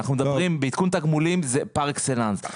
בעדכון תגמולים זה פר אקסלנס.